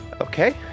Okay